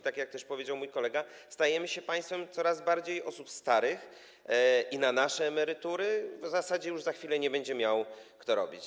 Tak jak powiedział mój kolega, stajemy się państwem coraz bardziej starych osób i na nasze emerytury w zasadzie już za chwilę nie będzie miał kto pracować.